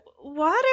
Water